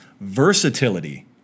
Versatility